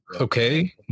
Okay